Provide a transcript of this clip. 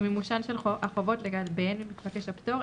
ממימושן של החובות לגביהן מתבקש הפטור,